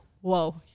whoa